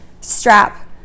strap